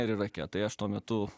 ir irake tai aš tuo metu